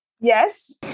Yes